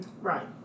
right